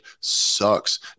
sucks